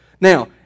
Now